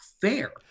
fair